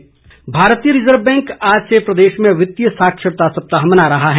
RBI भारतीय reserve bank आज से प्रदेश में वित्तीय साक्षरता सप्ताह मना रहा है